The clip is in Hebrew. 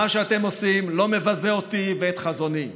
מה שאתם עושים לא מבזה אותי ואת חזוני,